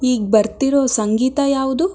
ಈಗ ಬರ್ತಿರೋ ಸಂಗೀತ ಯಾವುದು